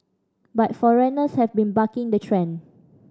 but foreigners have been bucking the trend